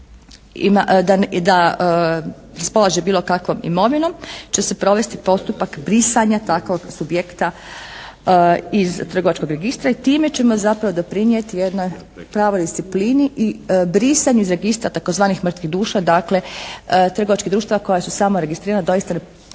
da raspolaže bilo kakvom imovinom, će se provesti postupak brisanja takvog subjekta iz trgovačkog registra i time ćemo zapravo doprinijeti jednoj pravoj disciplini i brisanju iz registra tzv. "mrtvih duša", dakle trgovačkih društava koja su samo registrirana doista